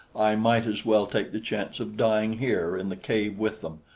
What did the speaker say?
i might as well take the chance of dying here in the cave with them,